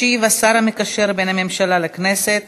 ישיב השר המקשר בין הממשלה לכנסת